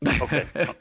Okay